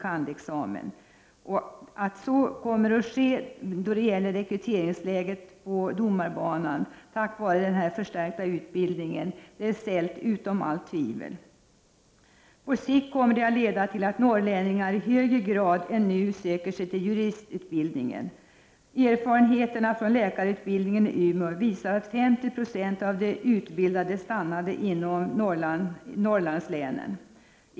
kand.-examen. Det är ställt utom allt tvivel att rekryteringen till domarbanan kommer att förbättras tack vare denna förstärkta utbildning. På sikt kommer detta att leda till att norrlänningar i högre grad än vad som nu är fallet söker sig till juristutbildningen. Erfarenheterna från läkarutbildningen i Umeå visar att 50 90 av de utbildade stannade kvar i Norrlandslänen.